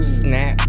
snap